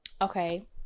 okay